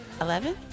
eleven